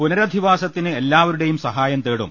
പുനരധിവാസത്തിന് എല്ലാവരുടെയും സഹായം തേടും